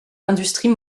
l’industrie